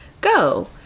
go